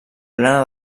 plena